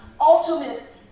ultimate